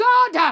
God